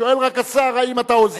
שואל רק השר: האם אתה עוזב?